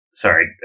Sorry